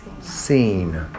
seen